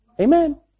Amen